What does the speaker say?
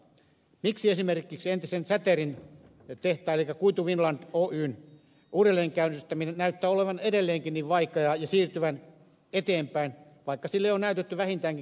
miksi esimerkiksi entisen säterin tehtaan elikkä kuitu finland oyn käynnistäminen uudelleen näyttää olevan edelleenkin niin vaikeaa ja siirtyvän eteenpäin vaikka sille on näytetty vähintäänkin keltaista valoa